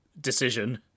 decision